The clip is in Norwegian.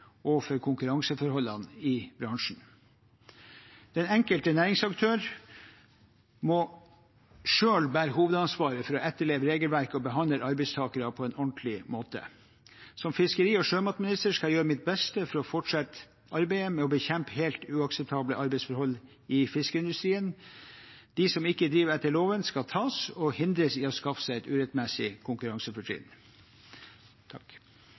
og for konkurranseforholdene i bransjen. Den enkelte næringsaktør må selv bære hovedansvaret for å etterleve regelverk og behandle arbeidstakere på en ordentlig måte. Som fiskeri- og sjømatminister skal jeg gjøre mitt beste for å fortsette arbeidet med å bekjempe helt uakseptable arbeidsforhold i fiskeindustrien. De som ikke driver etter loven, skal tas og hindres i å skaffe seg et urettmessig konkurransefortrinn.